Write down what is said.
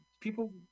people